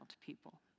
people